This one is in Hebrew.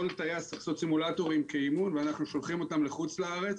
כל טייס צריך לעשות סימולטורים כאימון ואנחנו שולחים אותם לחוץ לארץ.